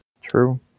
True